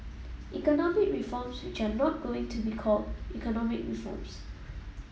economic reforms which are not going to be called economic reforms